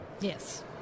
Yes